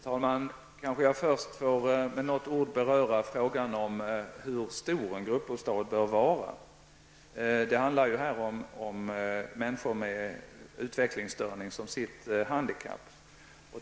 Herr talman! Kanske jag först med några ord får beröra frågan om hur stor en gruppbostad bör vara. Det handlar här om människor med utvecklingsstörning som sitt handikapp.